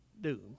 doom